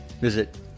visit